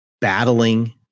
battling